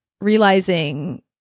realizing